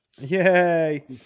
Yay